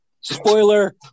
Spoiler